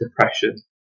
depression